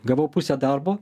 gavau pusę darbo